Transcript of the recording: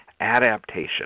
Adaptation